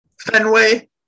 Fenway